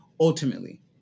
Ultimately